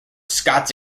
scots